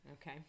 Okay